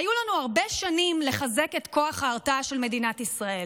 היו לנו הרבה שנים לחזק את כוח ההרתעה של מדינת ישראל.